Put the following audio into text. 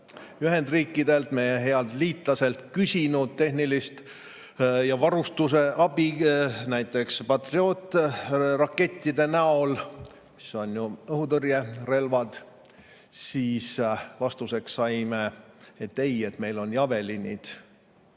Ühendriikidelt, meie healt liitlaselt küsinud tehnilist ja varustuse abi näiteks Patriot-rakettide näol, mis on ju õhutõrjerelvad, siis vastuseks saime, et aga meil on ju Javelinid.